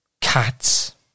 Cats